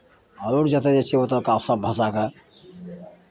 आओर जतय जाइ छियै ओतुका सभ भाषाकेँ